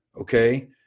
Okay